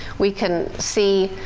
we can see